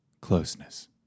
Closeness